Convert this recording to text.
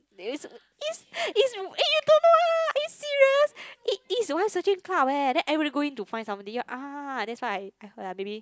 is is is eh you don't know ah are you serious it is wife searching club leh then everybody go in to find somebody then ah that's what I heard lah maybe